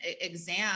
exam